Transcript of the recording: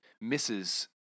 misses